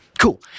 cool